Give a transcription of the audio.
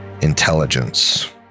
intelligence